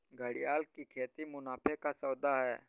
घड़ियाल की खेती मुनाफे का सौदा है